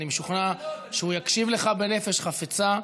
אם הוא יצטרך ייעוץ משפטי,